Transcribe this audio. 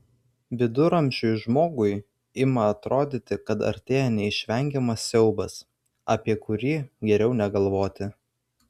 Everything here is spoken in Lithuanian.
viduramžiui žmogui ima atrodyti kad artėja neišvengiamas siaubas apie kurį geriau negalvoti